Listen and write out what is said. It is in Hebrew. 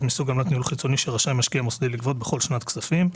מסוג עמלת ניהול חיצוני שרשאי משקיע מוסדי לגבות בכל שנת כספים,